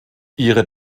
ihre